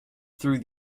through